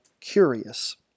curious